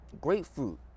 grapefruit